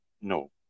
No